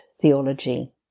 theology